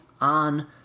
on